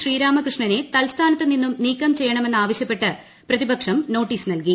ശ്രീരാമകൃഷ്ണനെ തത്സ്ഥാനത്ത് നിന്നും നീക്കം ചെയ്യണമെന്നാവശ്യപ്പെട്ട് പ്രതിപക്ഷം നോട്ടീസ് നല്കി